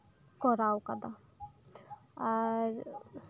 ᱠᱚᱨᱟᱣ ᱟᱠᱟᱫᱟ ᱟᱨ